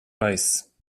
noiz